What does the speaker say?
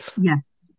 Yes